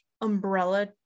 umbrella